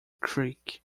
creek